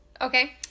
Okay